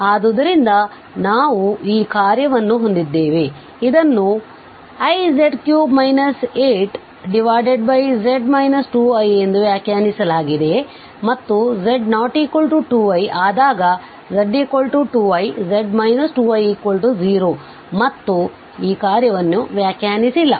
ಆದ್ದರಿಂದ ನಾವು ಈ ಕಾರ್ಯವನ್ನು ಹೊಂದಿದ್ದೇವೆ ಇದನ್ನು iz3 8z 2i ಎಂದು ವ್ಯಾಖ್ಯಾನಿಸಲಾಗಿದೆ ಮತ್ತು z≠2i ಆದಾಗ z2i z 2i0 ಮತ್ತು ಕಾರ್ಯವನ್ನು ವ್ಯಾಖ್ಯಾನಿಸಿಲ್ಲ